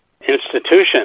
institution